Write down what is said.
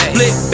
Flip